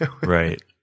Right